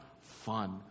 fun